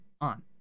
on